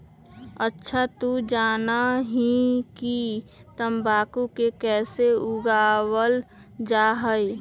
अच्छा तू जाना हीं कि तंबाकू के कैसे उगावल जा हई?